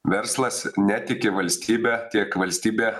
verslas netiki valstybe tiek valstybė